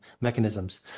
mechanisms